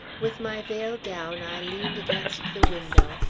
with my veil down, i leaned against the window,